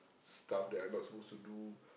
stuff that I'm not supposed to do